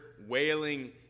wailing